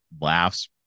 laughs